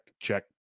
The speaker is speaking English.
check